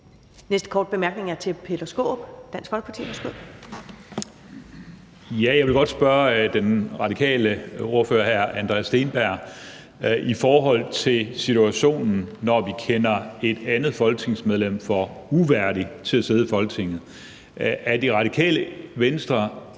Næste korte bemærkning er til hr. Peter Skaarup, Dansk Folkeparti. Værsgo. Kl. 15:02 Peter Skaarup (DF): Jeg vil godt spørge den radikale ordfører, hr. Andreas Steenberg, i forhold til situationen, når vi kender et andet folketingsmedlem for uværdigt til at sidde i Folketinget. Er Radikale Venstre